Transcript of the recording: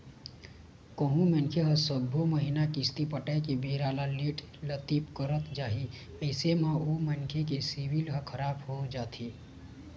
कहूँ मनखे ह सब्बो महिना किस्ती पटाय के बेरा ल लेट लतीफ करत जाही अइसन म ओ मनखे के सिविल ह खराब हो जाथे